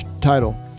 title